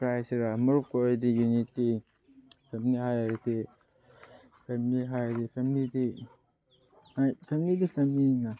ꯀꯔꯤ ꯍꯥꯏꯁꯤꯔ ꯃꯔꯨꯞꯀ ꯑꯣꯏꯔꯗꯤ ꯌꯨꯅꯤꯇꯤ ꯐꯦꯃꯤꯂꯤ ꯍꯥꯏꯔꯗꯤ ꯐꯦꯃꯤꯂꯤ ꯍꯥꯏꯔꯗꯤ ꯐꯦꯃꯤꯂꯤꯗꯤ ꯂꯥꯏꯛ ꯐꯦꯃꯤꯂꯤꯗꯤ ꯐꯦꯃꯤꯂꯤꯅꯤꯅ